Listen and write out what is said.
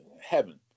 heaven